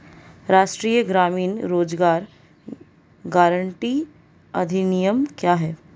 राष्ट्रीय ग्रामीण रोज़गार गारंटी अधिनियम क्या है?